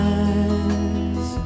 eyes